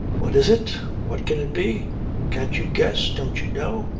what is it? what can it be can't you guess? don't you know?